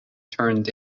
turned